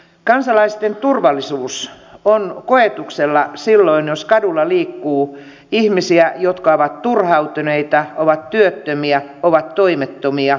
kansalaisten turvallisuus on koetuksella silloin jos kadulla liikkuu ihmisiä jotka ovat turhautuneita työttömiä toimettomia